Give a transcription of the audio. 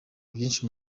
byinshi